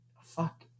Fuck